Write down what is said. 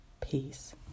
Peace